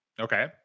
Okay